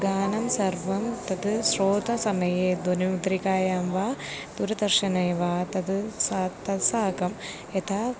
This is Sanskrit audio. गानं सर्वं तत् श्रोतसमये द्वनिमुद्रिकायां वा दूरदर्शने वा तद् सह तत् साकं यथा